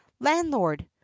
landlord